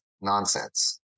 nonsense